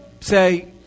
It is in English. say